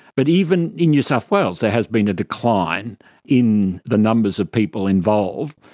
but even in new south wales there has been a decline in the numbers of people involved.